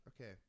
Okay